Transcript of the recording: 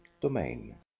domain